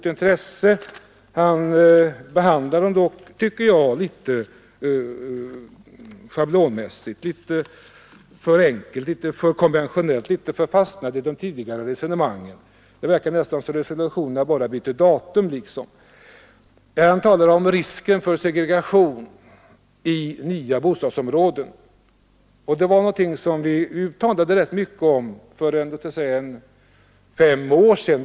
Jag tyckte dock att han behandlade dem litet schablonmässigt, litet för enkelt, litet för konventionellt och litet för mycket fastlåsta i tidigare resonemang. Han talade bl.a. om risken för segregation i nya bostadsområden. Det var någonting som vi talade rätt mycket om för ungefär fem år sedan.